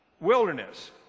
wilderness